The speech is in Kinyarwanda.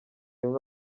inka